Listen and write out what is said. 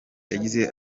yagize